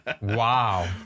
Wow